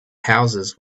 houses